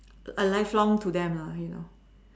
A lifelong to them lah you know